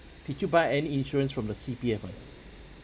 did you buy any insurance from the C_P_F or not